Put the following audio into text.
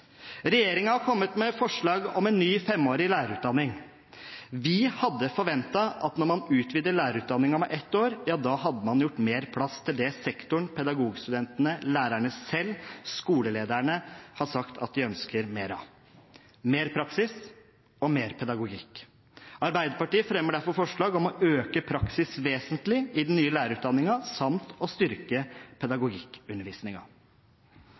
har kommet med forslag om en ny, femårig lærerutdanning. Vi hadde forventet at når man utvider lærerutdanningen med ett år, ja, da hadde man gjort mer plass til det sektoren, Pedagogstudentene, lærerne selv og skolelederne har sagt at de ønsker mer av: mer praksis og mer pedagogikk. Arbeiderpartiet fremmer derfor forslag om å øke praksis vesentlig i den nye lærerutdanningen samt å styrke